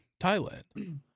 Thailand